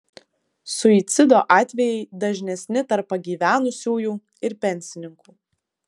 suicido atvejai dažnesni tarp pagyvenusiųjų ir pensininkų